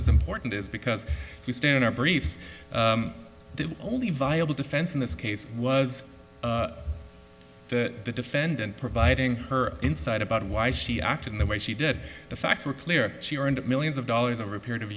is important is because if you stand up briefs the only viable defense in this case was that the defendant providing her insight about why she acted the way she did the facts were clear she earned millions of dollars over a period of